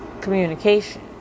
communication